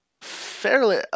fairly